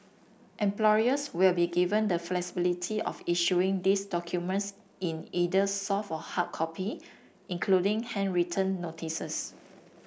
employers will be given the flexibility of issuing these documents in either soft or hard copy including handwritten notices